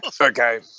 Okay